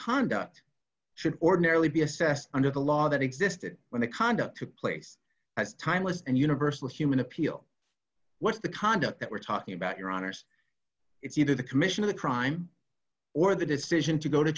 conduct should ordinarily be assessed under the law that existed when the conduct took place as timeless and universal human appeal was the conduct that we're talking about your honors if you did the commission of a crime or the decision to go to